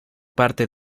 parte